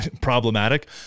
problematic